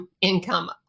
income